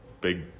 big